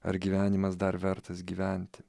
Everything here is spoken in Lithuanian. ar gyvenimas dar vertas gyventi